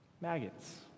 Maggots